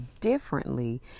differently